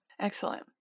Excellent